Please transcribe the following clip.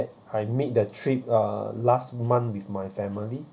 I made the trip uh last month with my family